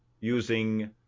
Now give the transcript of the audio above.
using